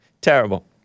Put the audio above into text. Terrible